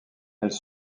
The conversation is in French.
elles